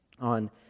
on